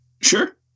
Sure